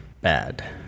bad